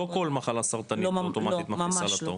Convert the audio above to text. לא כל מחלה סרטנית אוטומטית מכניסה לתור?